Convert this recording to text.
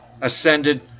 ascended